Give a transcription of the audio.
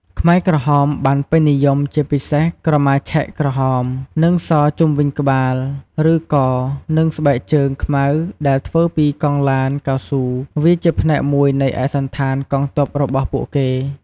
ខ្មែរក្រហមបានពេញនិយមជាពិសេសក្រមាឆែកក្រហម និងសជុំវិញក្បាល ឬ ក និងស្បែកជើងខ្មៅដែលធ្វើពីកង់ឡានកៅស៊ូ វាជាផ្នែកមួយនៃ "ឯកសណ្ឋាន" កងទ័ពរបស់ពួកគេ។